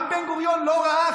גם בן-גוריון לא ראה,